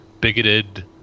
bigoted